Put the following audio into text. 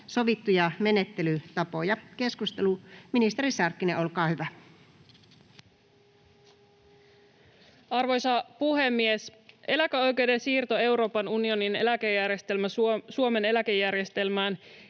sovittuja menettelytapoja. — Keskustelu, ministeri Sarkkinen, olkaa hyvä. Arvoisa puhemies! Eläkeoikeuden siirto Euroopan unionin eläkejärjestelmästä Suomen eläkejärjestelmään